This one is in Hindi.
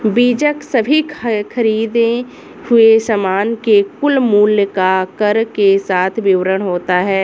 बीजक सभी खरीदें हुए सामान के कुल मूल्य का कर के साथ विवरण होता है